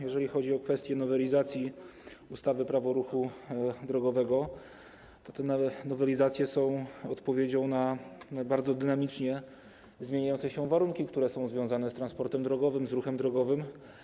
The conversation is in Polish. Jeżeli chodzi o kwestie nowelizacji ustawy - Prawo o ruchu drogowym, to ta nowelizacja jest odpowiedzią na bardzo dynamicznie zmieniające się warunki, które są związane z transportem drogowy, z ruchem drogowym.